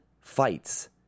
fights